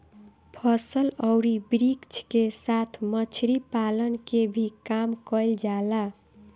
फसल अउरी वृक्ष के साथ मछरी पालन के भी काम कईल जाला